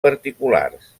particulars